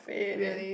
really